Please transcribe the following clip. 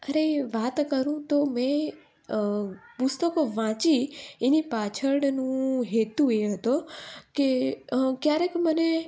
અરે વાત કરું તો મેં પુસ્તકો વાંચી એની પાછળનો હેતુ એ હતો કે ક્યારેક મને